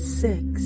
six